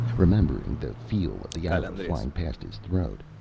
remembering the feel of the arrow flying past his throat.